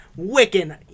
Wiccan